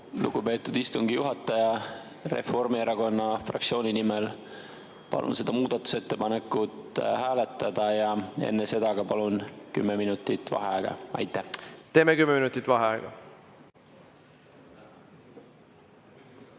Lugupeetud istungi juhataja! Reformierakonna fraktsiooni nimel palun seda muudatusettepanekut hääletada ja enne seda palun ka kümme minutit vaheaega. Teeme kümneminutilise vaheaja.V